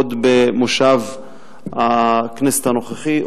עוד במושב הכנסת הנוכחי,